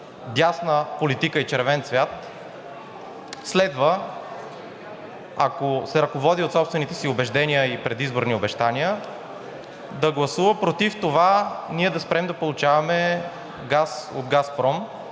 дясна политика и червен цвят следва, ако се ръководи от собствените си убеждения и предизборни обещания, да гласува против това ние да спрем да получаваме газ от „Газпром“